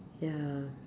ya